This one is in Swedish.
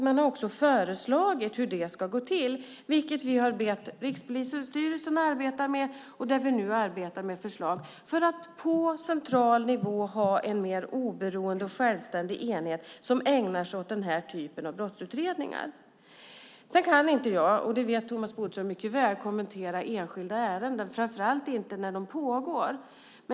Man har också föreslagit hur det ska gå till, och vi har bett Rikspolisstyrelsen att arbeta med förslag för att på central nivå få en mer oberoende och självständig enhet som ägnar sig åt den här typen av brottsutredningar. Sedan kan jag inte, och det vet Thomas Bodström mycket väl, kommentera enskilda ärenden, framför allt inte när de pågår.